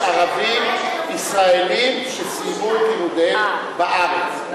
רופאים ערבים-ישראלים שסיימו את לימודיהם בארץ.